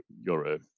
euro